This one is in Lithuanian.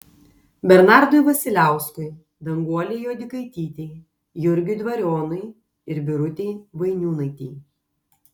bernardui vasiliauskui danguolei juodikaitytei jurgiui dvarionui ir birutei vainiūnaitei